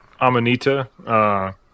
Amanita